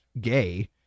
gay